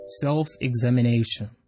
Self-Examination